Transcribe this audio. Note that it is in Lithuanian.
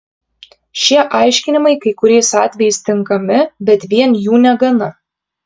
šie aiškinimai kai kuriais atvejais tinkami bet vien jų negana